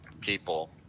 people